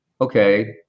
Okay